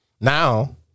Now